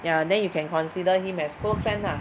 ya then you can consider him as close friend lah